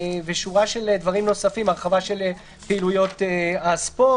שורה של דברים אחרים הרחבה של פעילויות הספורט,